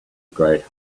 great